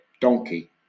Donkey